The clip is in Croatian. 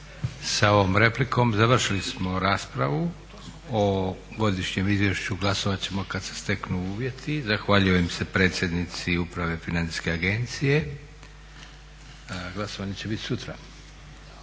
Sa ovom replikom završili smo raspravu. O godišnjem izvješću glasovat ćemo kad se steknu uvjeti. Zahvaljujem se predsjednici uprave Financijske agencije. Glasovanje će biti sutra.